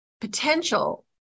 potential